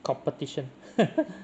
competition